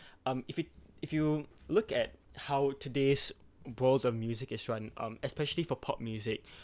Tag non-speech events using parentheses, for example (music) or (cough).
(breath) um if you if you look at how today's balls of music is run um especially for pop music (breath)